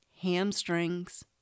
hamstrings